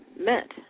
meant